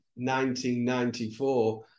1994